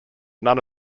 none